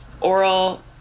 Oral